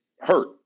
hurt